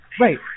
Right